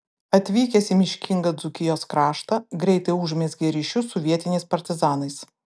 atvykęs į miškingą dzūkijos kraštą greitai užmezgė ryšius su vietiniais partizanais